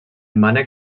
mànec